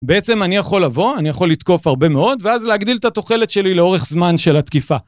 בעצם אני יכול לבוא, אני יכול לתקוף הרבה מאוד, ואז להגדיל את התוחלת שלי לאורך זמן של התקיפה.